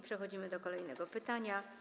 Przechodzimy do kolejnego pytania.